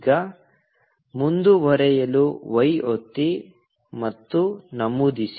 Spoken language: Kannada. ಈಗ ಮುಂದುವರೆಯಲು y ಒತ್ತಿ ಮತ್ತು ನಮೂದಿಸಿ